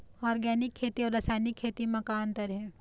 Organic खेती अउ रासायनिक खेती म का अंतर हे?